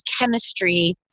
chemistry